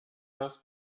das